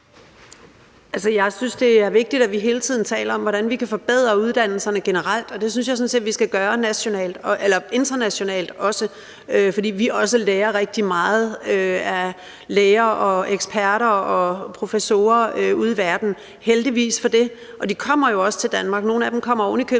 jeg synes, det er vigtigt, at vi hele tiden taler om, hvordan vi kan forbedre uddannelserne generelt, og det synes jeg sådan set også vi skal gøre internationalt, fordi vi også lærer rigtig meget af læger, eksperter og professorer ude i verden, heldigvis for det. De kommer jo også til Danmark – jeg kender nogle af